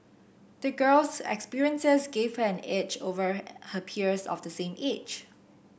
the girl's experiences gave her an edge over her peers of the same age